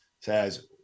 says